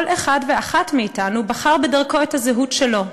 כל אחד ואחת מאתנו בחר בדרכו את הזהות שלו,